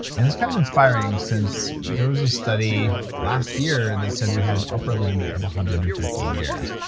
and it's kind of inspiring, since there was a study last year that said we had an upper limit of one hundred and fifteen years.